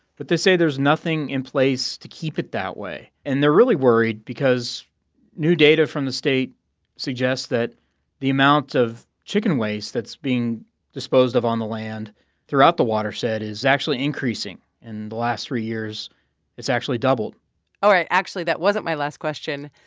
but they say there's nothing in place to keep it that way. and they're really worried because new data from the state suggests that the amount of chicken waste that's being disposed of on the land throughout the watershed is actually increasing. in the last three years it's actually doubled all right. actually, that wasn't my last question.